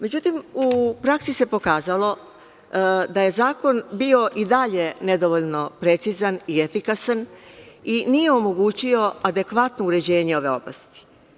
Međutim, u praksi se pokazalo da je zakon bio i dalje nedovoljno precizan i efikasan i nije omogućio adekvatno uređenje ove oblasti.